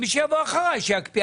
מי שיבוא אחריי שיקפיא.